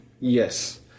yes